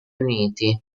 uniti